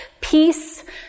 Peace